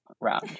round